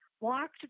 Walked